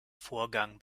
vorgang